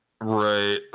Right